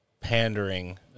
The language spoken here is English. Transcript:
pandering